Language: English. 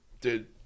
dude